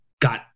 got